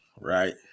right